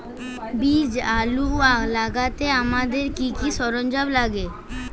বীজ আলু লাগাতে আমাদের কি কি সরঞ্জাম লাগে?